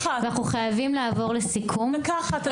אנחנו חייבים לעבור לסיכום.) דקה אחת.